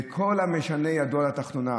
וכל המשנה, ידו על התחתונה.